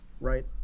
Right